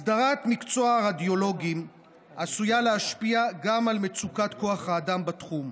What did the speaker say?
הסדרת מקצוע הרדיולוגים עשויה להשפיע גם על מצוקת כוח האדם בתחום.